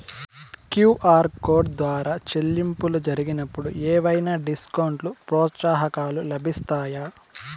QR code ద్వారా చెల్లింపులు జరిగినప్పుడు ఏవైనా డిస్కౌంట్ లు, ప్రోత్సాహకాలు లభిస్తాయా?